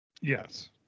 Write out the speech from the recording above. Yes